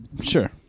sure